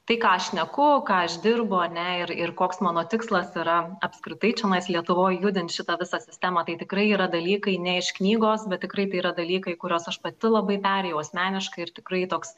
tai ką aš šneku ką aš dirbu ane ir ir koks mano tikslas yra apskritai čionais lietuvoj judint šitą visą sistemą tai tikrai yra dalykai ne iš knygos bet tikrai tai yra dalykai kuriuos aš pati labai perėjau asmeniškai ir tikrai toks